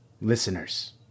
listeners